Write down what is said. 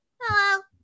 Hello